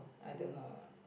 I don't know